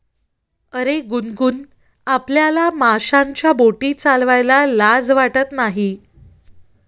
अरे गुनगुन, आपल्याला माशांच्या बोटी चालवायला लाज वाटत नाही